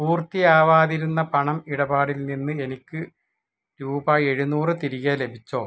പൂർത്തിയാവാതിരുന്ന പണം ഇടപാടിൽ നിന്ന് എനിക്ക് രൂപ എഴുനൂറ് തിരികെ ലഭിച്ചോ